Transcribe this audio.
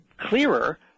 clearer